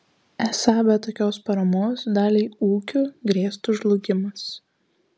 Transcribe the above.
esą be tokios paramos daliai ūkių grėstų žlugimas